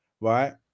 right